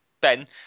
Ben